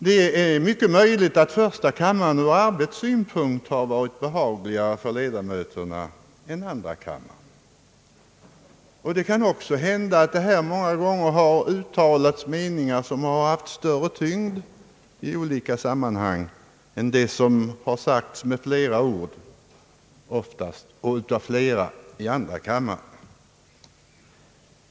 Det är mycket möjligt att första kammaren ur arbetssynpunkt har varit behagligare för ledamöterna än andra kammaren, och det kan också hända att det här många gånger har uttalats meningar som har haft större tyngd i olika sammanhang än det som har sagts med flera ord och av flera i andra kammaren.